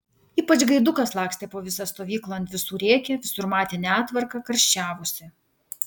ypač gaidukas lakstė po visą stovyklą ant visų rėkė visur matė netvarką karščiavosi